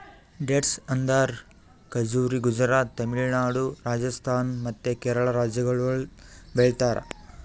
dates ಅಂದುರ್ ಖಜುರಿ ಗುಜರಾತ್, ತಮಿಳುನಾಡು, ರಾಜಸ್ಥಾನ್ ಮತ್ತ ಕೇರಳ ರಾಜ್ಯಗೊಳ್ದಾಗ್ ಬೆಳಿತಾರ್